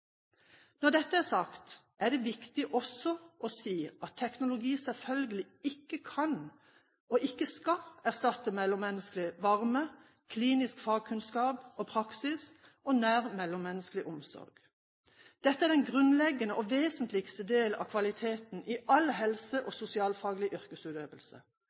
Når dette er sagt, er det viktig også å si at teknologi selvfølgelig ikke kan og ikke skal erstatte menneskelig varme, klinisk fagkunnskap og praksis, og nær mellommenneskelig omsorg. Dette er den grunnleggende og vesentligste del av kvaliteten i all helse- og sosialfaglig yrkesutøvelse.